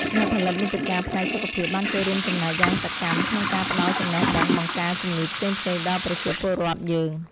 អ្នកផលិតមាតិកាផ្នែកសុខភាពបានចូលរួមចំណែកយ៉ាងសកម្មក្នុងការផ្ដល់ចំណេះដឹងបង្ការជំងឺផ្សេងៗដល់ប្រជាពលរដ្ឋយើង។